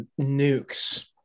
nukes